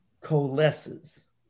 coalesces